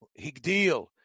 higdil